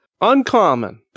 uncommon